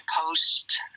post